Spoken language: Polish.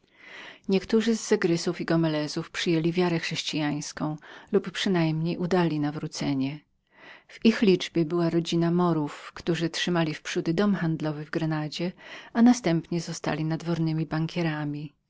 niektórzy z zegrisów i gomelezów przyjęli wiarę chrześcijańską lub przynajmniej udali nawrócenie w liczbie tych była rodzina morów którzy trzymali wprzódy dom handlowy w grenadzie i następnie zostali nadwornymi bankierami